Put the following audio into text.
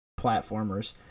platformers